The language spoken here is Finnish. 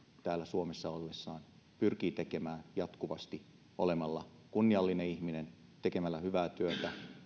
täällä suomessa ollessaan pyrkii tekemään jatkuvasti olemalla kunniallinen ihminen tekemällä hyvää työtä